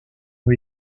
ont